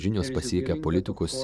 žinios pasiekia politikus